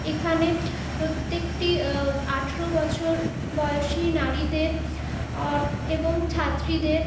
এখানে প্রত্যেকটি আঠেরো বছর বয়সি নারীদের এবং ছাত্রীদের